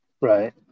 right